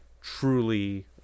truly